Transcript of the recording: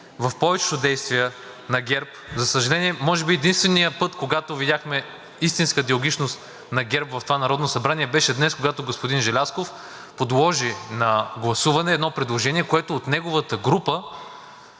в повечето действия на ГЕРБ. За съжаление, може би единственият път, когато видяхме истинска диалогичност на ГЕРБ в това Народно събрание, беше днес, когато господин Желязков подложи на гласуване едно предложение, което е от неговата група,